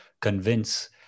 convince